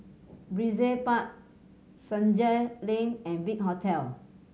Brizay Park Senja Link and Big Hotel